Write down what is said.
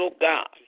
God